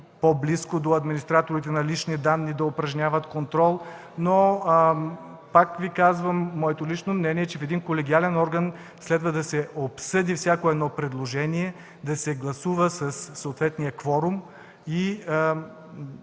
по-близо до администраторите на лични данни и да упражняват контрол. Пак казвам своето лично мнение. В един колегиален орган следва да се обсъди всяко предложение, да се гласува със съответния кворум.